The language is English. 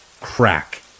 crack